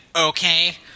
okay